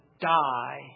die